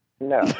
No